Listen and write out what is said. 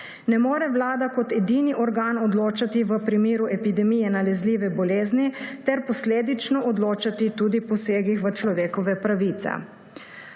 Ne more Vlada kot edini organ odločati v primeru epidemije nalezljive bolezni ter posledično odločati tudi o posegih v človekove pravice.